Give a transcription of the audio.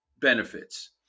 benefits